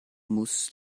muss